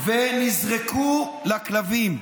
ונזרקו לכלבים.